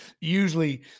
usually